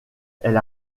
elle